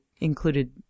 included